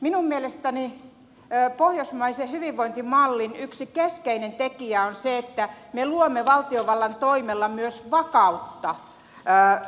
minun mielestäni pohjoismaisen hyvinvointimallin yksi keskeinen tekijä on se että me luomme valtiovallan toimilla myös vakautta